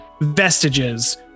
vestiges